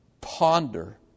ponder